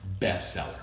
bestseller